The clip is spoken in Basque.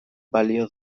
balio